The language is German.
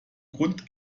grund